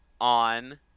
On